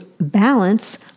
balance